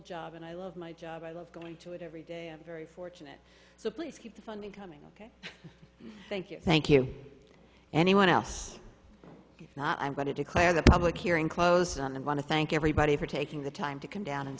job and i love my job i love going to it every day i'm very fortunate so please keep the funding coming up thank you thank you anyone else if not i'm going to declare the public hearing close on and want to thank everybody for taking the time to come down and